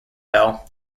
bell